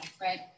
right